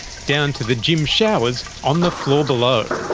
down to the gym showers on the floor below.